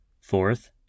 Fourth